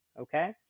Okay